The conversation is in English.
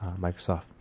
Microsoft